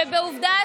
ובעובדה,